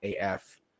AF